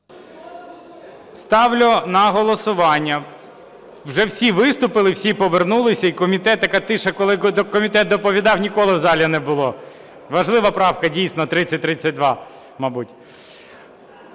Ставлю на голосування. Вже всі виступили і всі повернулися, і комітет. Така тиша, коли комітет доповідав, нікого в залі не було. Важлива правка дійсно 3032, мабуть.